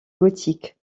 gothique